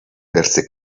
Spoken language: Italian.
perse